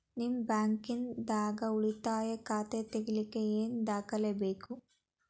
ನಿಮ್ಮ ಬ್ಯಾಂಕ್ ದಾಗ್ ಉಳಿತಾಯ ಖಾತಾ ತೆಗಿಲಿಕ್ಕೆ ಏನ್ ದಾಖಲೆ ಬೇಕು?